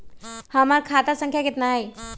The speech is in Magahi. हमर खाता संख्या केतना हई?